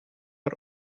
her